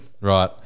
Right